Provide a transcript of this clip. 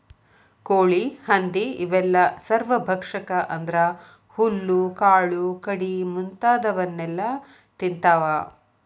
ಕೋಳಿ ಹಂದಿ ಇವೆಲ್ಲ ಸರ್ವಭಕ್ಷಕ ಅಂದ್ರ ಹುಲ್ಲು ಕಾಳು ಕಡಿ ಮುಂತಾದವನ್ನೆಲ ತಿಂತಾವ